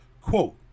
Quote